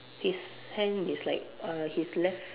his hand is like uh his left